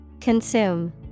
Consume